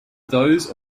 those